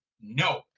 No